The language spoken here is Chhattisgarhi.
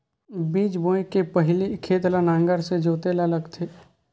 बीज बोय के पहिली खेत ल नांगर से जोतेल लगथे?